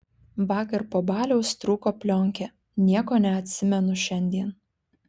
vakar po baliaus trūko plionkė nieko neatsimenu šiandien